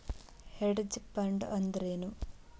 Hedge fund ಅಂದ್ರೇನು?